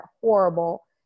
horrible